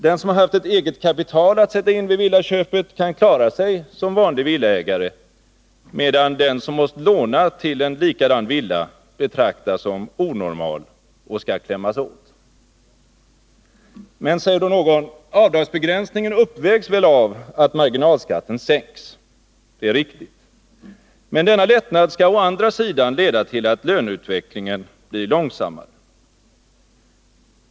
Den som haft ett eget kapital att sätta in vid villaköpet kan klara sig som vanlig villaägare, medan den som måst låna till en likadan villa betraktas som onormal och skall klämmas åt. Men, säger någon, avdragsbegränsningen uppvägs väl av att marginalskatten sänks. Det är riktigt. Men denna lättnad skall å andra sidan leda till att löneutvecklingen blir långsammare.